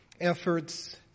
efforts